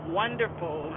wonderful